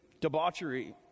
debauchery